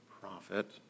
profit